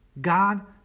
God